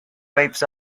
waves